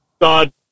God